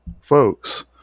folks